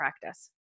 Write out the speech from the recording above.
practice